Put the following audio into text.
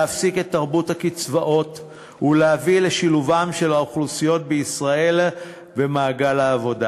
להפסיק את תרבות הקצבאות ולהביא לשילוב האוכלוסיות בישראל במעגל העבודה,